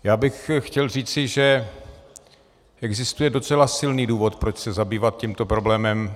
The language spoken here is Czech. Já bych chtěl říci, že existuje docela silný důvod, proč se zabývat tímto problémem.